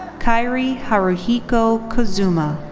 kairi haruhiko kozuma.